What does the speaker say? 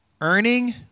earning